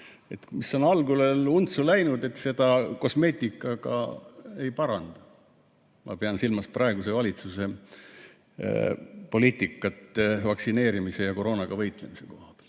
mis on algul untsu läinud, seda kosmeetikaga ei paranda. Ma pean silmas praeguse valitsuse poliitikat vaktsineerimise ja koroonaga võitlemise koha pealt.